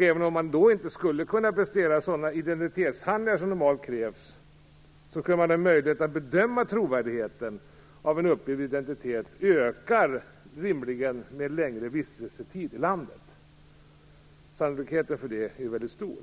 Även om man då inte skulle kunna prestera sådana identitetshandlingar som normalt krävs, kunde möjligheten att bedöma trovärdigheten rimligen öka med en längre vistelsetid i landet. Sannolikheten för det är väldigt stor.